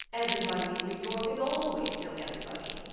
everybody in new york has always known everybody.